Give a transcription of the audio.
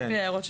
החוק העיקרי),